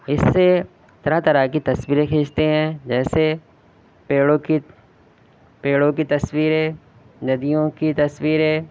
اس سے طرح طرح کی تصویریں کھینچتے ہیں جیسے پیڑوں کی پیڑوں کی تصویریں ندیوں کی تصویریں